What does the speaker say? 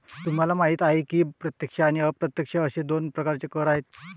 तुम्हाला माहिती आहे की प्रत्यक्ष आणि अप्रत्यक्ष असे दोन प्रकारचे कर आहेत